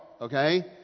Okay